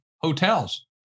hotels